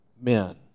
men